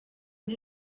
une